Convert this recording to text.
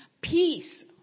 peace